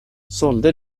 sålde